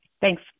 Thanks